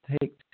take